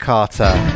Carter